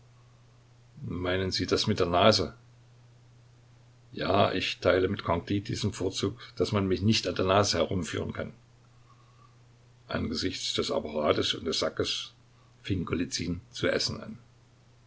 meinen sie das mit der nase ja ich teile mit candide diesen vorzug daß man mich nicht an der nase herumführen kann angesichts des apparates und des sackes fing golizyn zu essen an